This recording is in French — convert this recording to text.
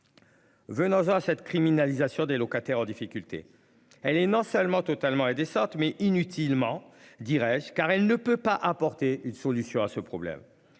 Venant à cette criminalisation des locataires en difficulté elle est non seulement totalement et des sortes mais inutilement. Car elle ne peut pas apporter une solution à ce problème.